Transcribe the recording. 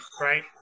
Right